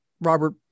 Robert